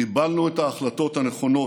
קיבלנו את ההחלטות הנכונות,